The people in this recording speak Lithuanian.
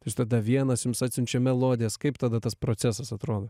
jūs tada vienas jums atsiunčia melodijas kaip tada tas procesas atrodo